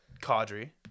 Cadre